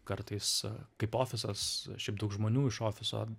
kartais kaip ofisas šiaip daug žmonių iš ofiso